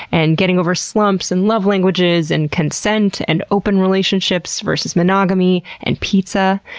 and getting over slumps, and love languages, and consent, and open relationships versus monogamy, and pizza.